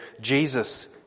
Jesus